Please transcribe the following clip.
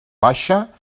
baixa